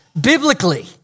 biblically